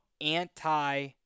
anti-